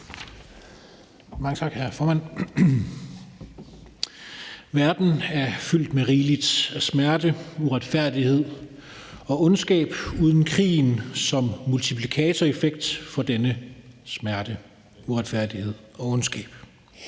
Mange tak, hr. formand. Verden er fyldt med rigelig smerte, uretfærdighed og ondskab uden krigen som multiplikatoreffekt for denne smerte, uretfærdighed ondskab.